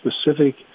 specific